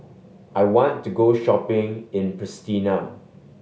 I want to go shopping in Pristina